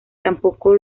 tampoco